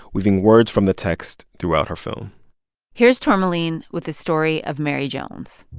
weaving words from the text throughout her film here's tourmaline with the story of mary jones